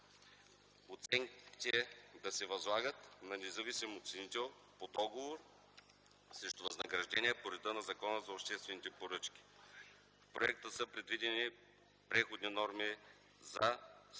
оценките да се възлагат на независим оценител по договор срещу възнаграждение по реда на Закона за обществените поръчки. В проекта са предвидени преходни норми за: - статута